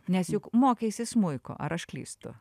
nes juk mokeisi smuiko ar aš klystu